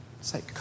say